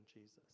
Jesus